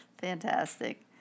Fantastic